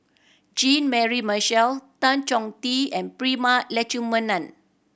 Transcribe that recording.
Jean Mary Marshall Tan Chong Tee and Prema Letchumanan